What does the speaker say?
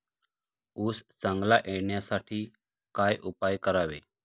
ऊस चांगला येण्यासाठी काय उपाय करावे?